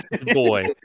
boy